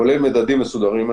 כולל מדדים מסודרים.